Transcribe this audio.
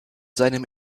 seinem